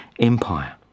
Empire